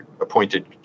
appointed